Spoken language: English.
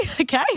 okay